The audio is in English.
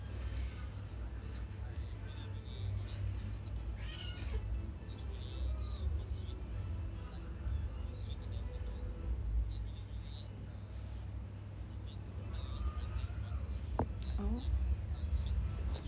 orh